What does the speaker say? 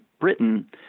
Britain